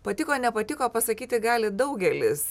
patiko nepatiko pasakyti gali daugelis